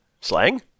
slang